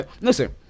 listen